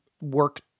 work